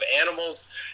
animals